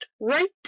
right